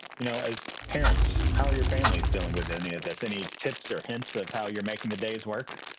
you know, as parents, how are your families doing with any of this? any tips or hints of how you're making the days work?